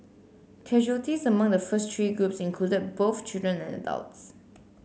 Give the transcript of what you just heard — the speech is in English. casualties among the first three groups included both children and adults